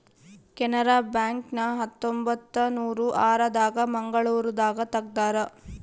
Canara bank ನ ಹತ್ತೊಂಬತ್ತನೂರ ಆರ ದಾಗ ಮಂಗಳೂರು ದಾಗ ತೆಗ್ದಾರ